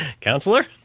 counselor